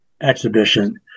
exhibition